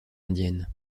indienne